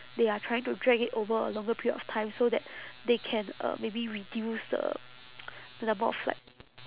they are trying to drag it over a longer period of time so that they can uh maybe reduce the the number of like